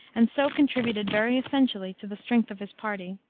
and so contributed very essentially to the strength of his party.